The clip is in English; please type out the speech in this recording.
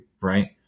Right